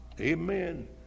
Amen